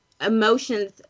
Emotions